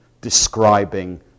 describing